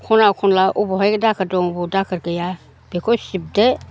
खना खनला बबावहाय दाखोर दं बबाव दाखोर गैया बेखौ सिबदो